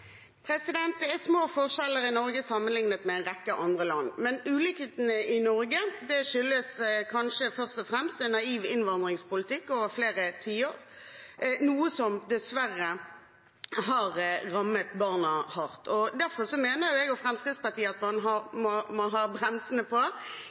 Det er små forskjeller i Norge sammenlignet med en rekke andre land, men ulikhetene i Norge skyldes kanskje først og fremst en naiv innvandringspolitikk over flere tiår, noe som dessverre har rammet barna hardt. Derfor mener jeg og Fremskrittspartiet at man